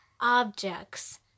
objects